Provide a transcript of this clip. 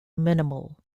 minimal